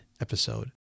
episode